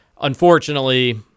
Unfortunately